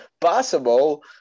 possible